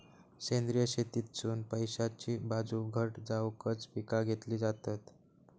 सेंद्रिय शेतीतसुन पैशाची बाजू घट जावकच पिका घेतली जातत